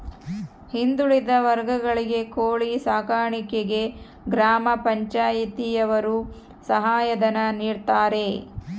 ಹಿಂದುಳಿದ ವರ್ಗಗಳಿಗೆ ಕೋಳಿ ಸಾಕಾಣಿಕೆಗೆ ಗ್ರಾಮ ಪಂಚಾಯ್ತಿ ಯವರು ಸಹಾಯ ಧನ ನೀಡ್ತಾರೆ